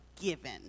given